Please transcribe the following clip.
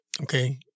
okay